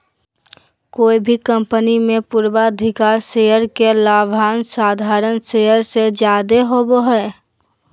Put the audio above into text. कोय भी कंपनी मे पूर्वाधिकारी शेयर के लाभांश साधारण शेयर से जादे होवो हय